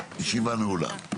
הישיבה נעולה.